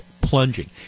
plunging